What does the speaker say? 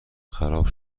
خراب